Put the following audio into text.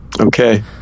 Okay